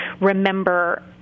remember